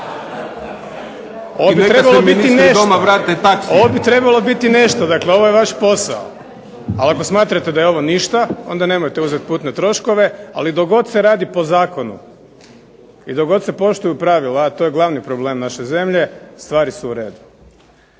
Ovo bi trebalo biti nešto, dakle ovo je vaš posao. Ali ako smatrate da je ovo ništa onda nemojte uzeti putne troškove ali dok god se radi po zakonu i dok god se poštuju pravila a to je glavni problem naše zemlje stvari su u redu.